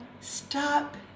stop